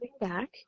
back